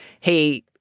hey